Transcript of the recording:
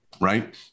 Right